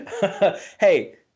hey